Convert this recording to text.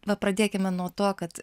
va pradėkime nuo to kad